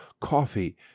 Coffee